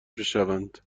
بشوند